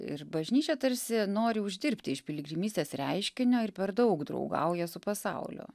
ir bažnyčia tarsi nori uždirbti iš piligrimystės reiškinio ir per daug draugauja su pasauliu